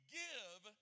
give